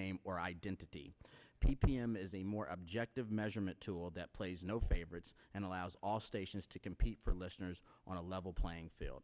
name or identity p p m is a more objective measurement tool that plays no favorites and allows all stations to compete for listeners on a level playing field